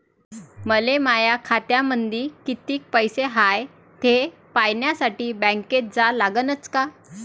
मले माया खात्यामंदी कितीक पैसा हाय थे पायन्यासाठी बँकेत जा लागनच का?